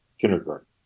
kindergarten